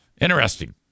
Interesting